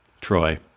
Troy